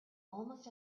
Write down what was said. almost